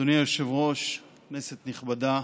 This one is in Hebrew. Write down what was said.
אדוני היושב-ראש, כנסת נכבדה,